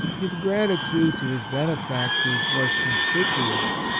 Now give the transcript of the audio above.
his gratitude to his benefactors was conspicuous.